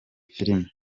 filime